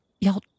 y'all